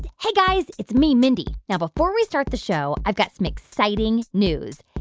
hey, guys. it's me, mindy. now, before we start the show, i've got some exciting news.